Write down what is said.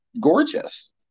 gorgeous